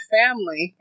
family